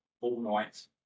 all-night